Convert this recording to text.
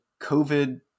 COVID